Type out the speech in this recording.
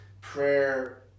prayer